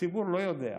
שהציבור לא יודע,